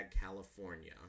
California